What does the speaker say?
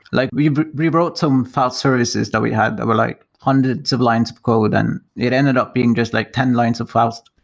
like we've we've wrote some faust services that we had that were like hundreds of lines of code and it ended up being just like ten lines of faust.